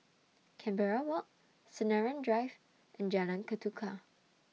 Canberra Walk Sinaran Drive and Jalan Ketuka